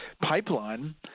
pipeline